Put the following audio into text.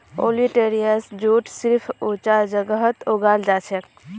olitorius jute सिर्फ ऊंचा जगहत उगाल जाछेक